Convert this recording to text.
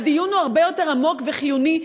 הדיון הוא הרבה יותר עמוק וחיוני.